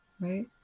right